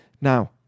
Now